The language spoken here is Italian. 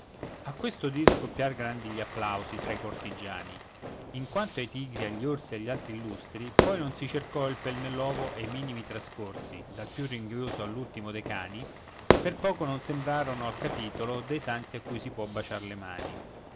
a questo dir scoppir grandi gli applausi tra i cortigiani in quanto ai tigri agli orsi e agli altri illustri poi non si cercò il pel nell'ovo e i minimi trascorsi dal più ringhioso all'ultimo dei cani per poco non sembrarono al capitolo dei santi a cui si può baciar le mani